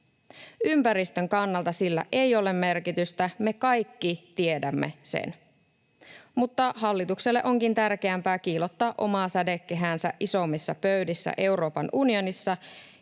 Ympäristön kannalta sillä ei ole merkitystä, me kaikki tiedämme sen. Mutta hallitukselle onkin tärkeämpää kiillottaa omaa sädekehäänsä isommissa pöydissä Euroopan unionissa,